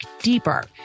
deeper